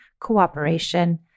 cooperation